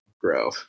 grow